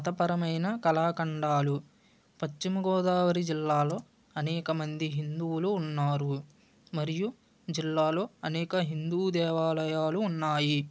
మతపరమైన కళాఖండాలు పశ్చిమగోదావరి జిల్లాలో అనేకమంది హిందువులు ఉన్నారు మరియు జిల్లాలో అనేక హిందూ దేవాలయాలు ఉన్నాయి